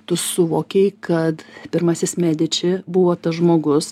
tu suvokei kad pirmasis mediči buvo tas žmogus